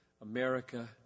America